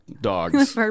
dogs